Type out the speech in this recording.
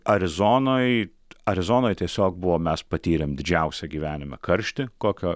arizonoj arizonoj tiesiog buvo mes patyrėme didžiausią gyvenime karštį kokio